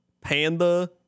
panda